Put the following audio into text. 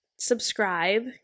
subscribe